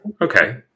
okay